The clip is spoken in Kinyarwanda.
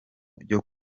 byo